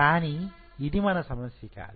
కానీ ఇది మన సమస్య కాదు